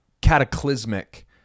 cataclysmic